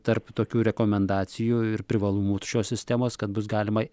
tarp tokių rekomendacijų ir privalumų šios sistemos kad bus galima